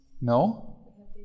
No